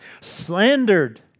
slandered